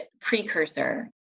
precursor